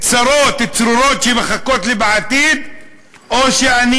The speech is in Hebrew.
צרות צרורות שמחכות לי בעתיד או שאני